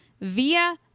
via